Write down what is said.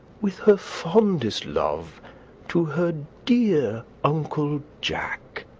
with her fondest love to her dear uncle jack